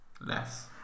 Less